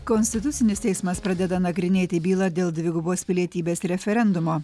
konstitucinis teismas pradeda nagrinėti bylą dėl dvigubos pilietybės referendumo